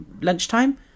lunchtime